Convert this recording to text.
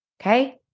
okay